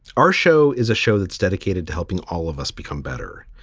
our show is a show that's dedicated to helping all of us become better.